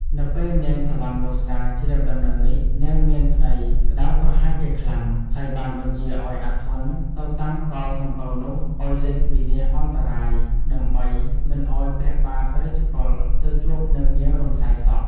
នៅពេលនាងសុវណ្ណមសា ជ្រាបដំណឹងនេះ នាងមានក្ដីក្ដៅក្រហាយជាខ្លាំង ហើយបានបញ្ជាឲ្យអាធន់ទៅតាមកល់សំពៅនោះឲ្យលិចវិនាសអន្តរាយ ដើម្បីមិនឲ្យព្រះបាទ រាជកុល ទៅជួបនឹងនាង រំសាយសក់។